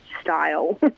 style